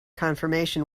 confirmation